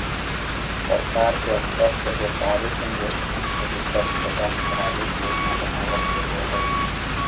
सरकार के स्तर से व्यापारिक इन्वेस्टमेंट लगी कर्ज प्रदान करावे के योजना बनावल गेले हई